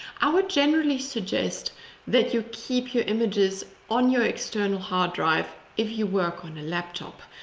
i would generally suggest that you keep your images on your external hard drive if you work on a laptop,